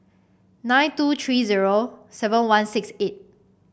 nine two three zero seven one six eight